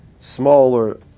smaller